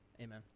Amen